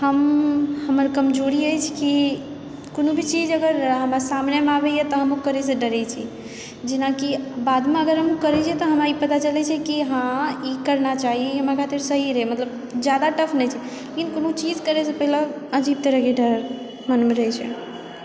हम हमर कमजोरी अछि कि कोनो भी चीज अगर हमरा सामनेमे आबै तऽ हम ओ करएसंँ डरै छी जेनाकि बादमे अगर हम करए छी तऽ हमरा ई पता चलै छी की हँ ई करना चाही ई हमरा खातिर सही रहय जादा टफ नहि छै लेकिन कोनो चीज करैसंँ पहिले अजीब तरहकेँ डर मनमे रहैत छै